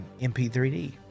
MP3D